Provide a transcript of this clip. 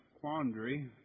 quandary